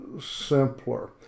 simpler